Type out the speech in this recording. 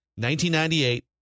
1998